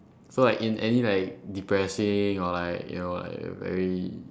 so like in any like depressing or like you know like a very